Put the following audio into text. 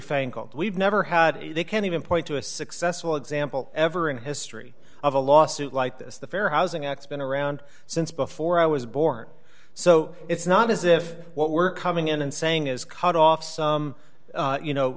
newfangled we've never had a can even point to a successful example ever in history of a lawsuit like this the fair housing act been around since before i was born so it's not as if what we're coming in and saying is cut off some you know